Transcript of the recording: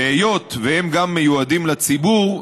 והיות שהם מיועדים לציבור,